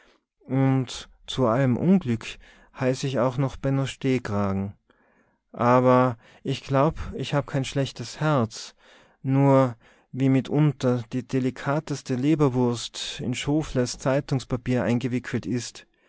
und zu allem unglück heiß ich auch noch benno stehkragen aber ich glaub ich hab kein schlechtes herz nur wie mitunter die delikateste leberwurst in schofles zeitungspapier eingewickelt is